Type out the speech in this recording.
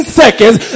seconds